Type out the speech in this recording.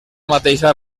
mateixa